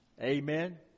Amen